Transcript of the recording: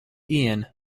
ian